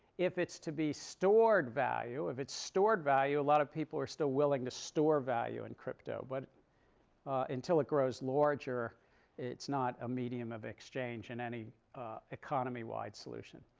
if it's to be stored value, if it's stored value, a lot of people are still willing to store value in crypto. but until it grows larger it's not a medium of exchange in any economy-wide solution.